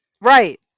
right